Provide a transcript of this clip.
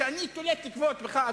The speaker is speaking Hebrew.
ואני תולה תקוות בך,